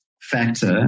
factor